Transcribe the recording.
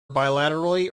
bilaterally